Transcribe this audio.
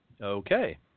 Okay